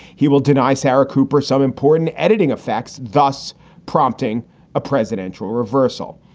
he will deny sara cooper some important editing effects, thus prompting a presidential reversal.